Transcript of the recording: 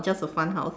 just a fun house